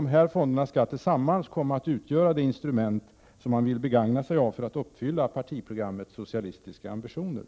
Dessa fonder skall tillsammans komma att utgöra de instrument som man vill begagna sig av för att uppfylla partiprogrammets socialistiska ambitioner.